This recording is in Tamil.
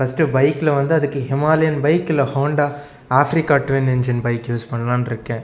ஃபஸ்ட்டு பைக்கில் வந்து அதுக்கு ஹிமாலையன் பைக் இல்லை Honda Africa twin engine bike use பண்ணலான்னு இருக்கேன்